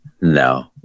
no